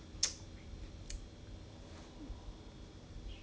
oh 你东西全部买好 liao mah 买齐 liao mah